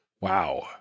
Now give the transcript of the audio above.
wow